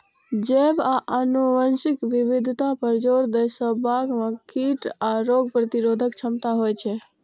जैव आ आनुवंशिक विविधता पर जोर दै सं बाग मे कीट आ रोग प्रतिरोधक क्षमता होइ छै